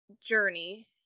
journey